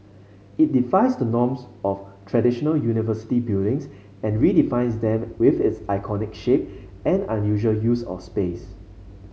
it defies the norms of traditional university buildings and redefines them with its iconic shape and unusual use of space